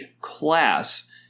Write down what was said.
class